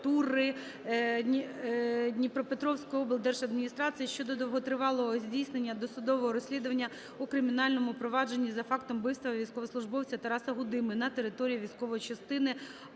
Дніпропетровської облдержадміністрації щодо довготривалого здійснення досудового розслідування у кримінальному провадженні за фактом вбивства військовослужбовця Тараса Гудими на території військової частини